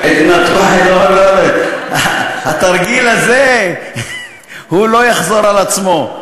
את נתב"ג, לא, לא, התרגיל הזה לא יחזור על עצמו.